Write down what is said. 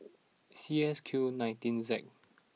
C S Q nineteen Z